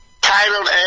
titled